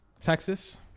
Texas